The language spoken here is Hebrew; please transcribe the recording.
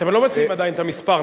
אתם עדיין לא מציעים את המספר,